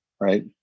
right